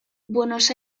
buenos